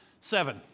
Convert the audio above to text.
seven